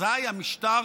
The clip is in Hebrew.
אזיי המשטר